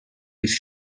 his